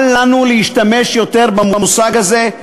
אל לנו להשתמש יותר במושג הזה,